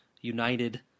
united